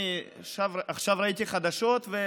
ראיתי חדשות עכשיו,